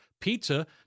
pizza